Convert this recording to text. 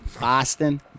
Boston